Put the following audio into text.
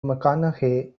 mcconaughey